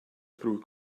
through